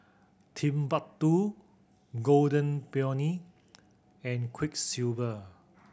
Timbuk Two Golden Peony and Quiksilver